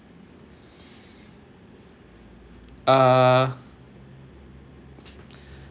uh